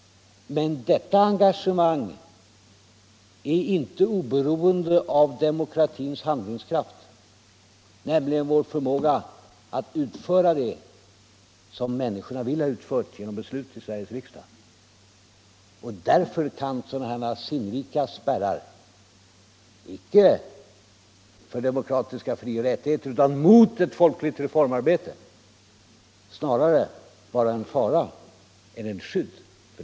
Men detta engagemang är inte oberoende av demokratins handlingskraft, vår förmåga att utföra det som människorna vill ha utfört genom beslut i Sveriges riksdag. Därför kan sådana här sinnrika spärrar,